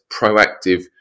proactive